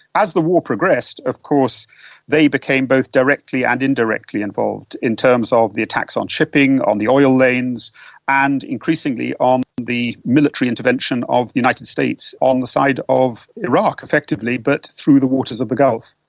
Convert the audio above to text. as the war progressed of course they became both directly and indirectly involved in terms of the attacks on shipping, on the oil lanes and, increasingly, on the military intervention of the united states on the side of iraq, effectively, but through the waters of the gulf.